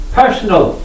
personal